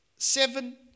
seven